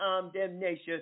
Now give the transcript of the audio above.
condemnation